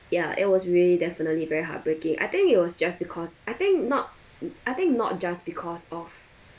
ya it was really definitely very heartbreaking I think it was just because I think not I think not just because of